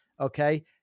okay